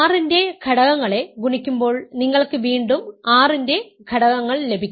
R ന്റെ ഘടകങ്ങളെ ഗുണിക്കുമ്പോൾ നിങ്ങൾക്ക് വീണ്ടും R ന്റെ ഘടകങ്ങൾ ലഭിക്കും